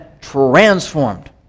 transformed